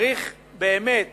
צריך באמת